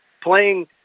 playing